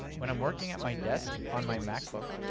when i'm working at my desk on my macbook,